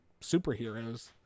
superheroes